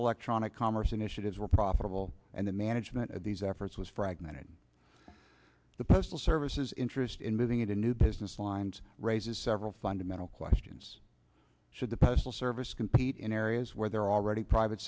electronic commerce initiatives were profitable and the management of these efforts was fragmented the postal service is interested in moving into new business lines raises several fundamental questions should the postal service compete in areas where there are already private